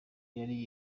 yari